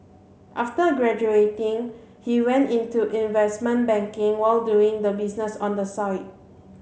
after graduating he went into investment banking while doing the business on the side